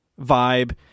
vibe